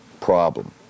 problem